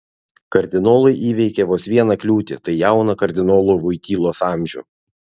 kardinolai įveikė vos vieną kliūtį tai jauną kardinolo voitylos amžių